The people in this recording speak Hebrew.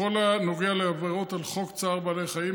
בכל הנוגע לעבירות על חוק צער בעלי חיים,